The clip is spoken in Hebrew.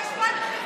לפני שבועיים,